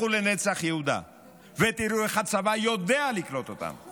לכו לנצח יהודה ותראו איך הצבא יודע לקלוט אותם,